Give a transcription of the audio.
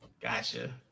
Gotcha